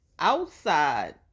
Outside